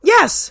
Yes